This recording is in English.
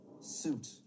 Suit